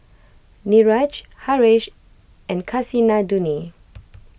Niraj Haresh and Kasinadhuni